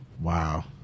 Wow